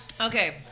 Okay